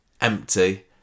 Empty